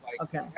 Okay